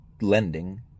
lending